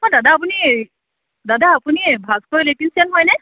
অঁ দাদা আপুনি এই দাদা আপুনি এই ভাস্কৰ ইলেক্ট্ৰিচিয়ান হয়নে